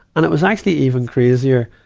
and it was actually even crazier,